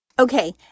Okay